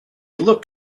looked